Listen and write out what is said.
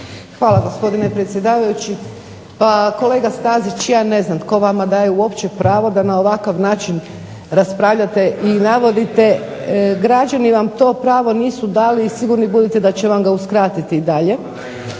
Hvala gospodine predsjedavajući. Pa kolega Stazić, ja ne znam tko vama daje uopće pravo da na ovakav način raspravljate i navodite, građani vam to pravo nisu dali i sigurni budite da će vam uskratiti dalje,